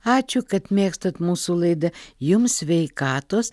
ačiū kad mėgstat mūsų laidą jums sveikatos